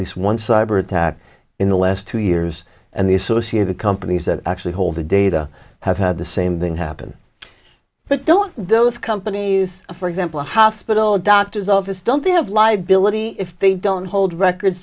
least one cyber attack in the last two years and the associated companies that actually hold the data have had the same thing happen but don't those companies for example hospital doctor's office don't have liability if they don't hold records